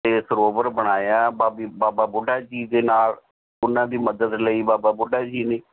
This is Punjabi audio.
ਅਤੇ ਸਰੋਵਰ ਬਣਾਇਆ ਬਾਬੇ ਬਾਬਾ ਬੁੱਢਾ ਜੀ ਦੇ ਨਾਲ ਉਨ੍ਹਾਂ ਦੀ ਮਦਦ ਲਈ ਬਾਬਾ ਬੁੱਢਾ ਜੀ ਨੇ